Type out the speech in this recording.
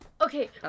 Okay